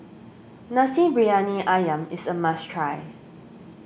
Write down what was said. Nasi Briyani Ayam is a must try